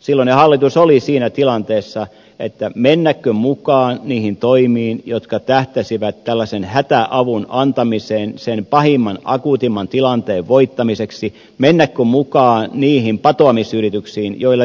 silloinen hallitus oli siinä tilanteessa että mennäkö mukaan niihin toimiin jotka tähtäsivät tällaisen hätäavun antamiseen sen pahimman akuutimman tilanteen voittamiseksi mennäkö mukaan niihin patoamisyrityksiin joilla